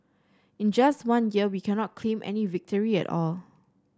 in just one year we cannot claim any victory at all